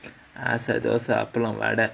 ஆச தோச அப்பள vada thosa appala vada